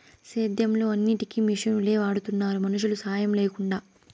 సేద్యంలో అన్నిటికీ మిషనులే వాడుతున్నారు మనుషుల సాహాయం లేకుండా